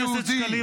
חבר הכנסת שקלים,